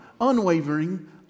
unwavering